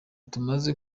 tumaze